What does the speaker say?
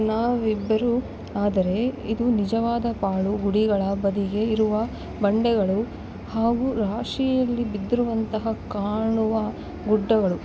ನಾವಿಬ್ಬರು ಆದರೆ ಇದು ನಿಜವಾದ ಪಾಳು ಗುಡಿಗಳ ಬದಿಗೆ ಇರುವ ಬಂಡೆಗಳು ಹಾಗು ರಾಶಿಯಲ್ಲಿ ಬಿದ್ದಿರುವಂತಹ ಕಾಣುವ ಗುಡ್ಡಗಳು